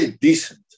decent